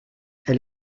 elle